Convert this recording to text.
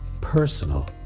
personal